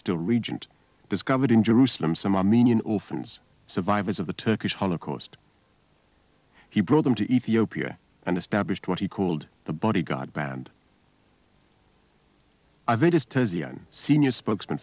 still regent discovered in jerusalem some armenian orphans survivors of the turkish holocaust he brought them to ethiopia and established what he called the bodyguard band i biggest senior spokesman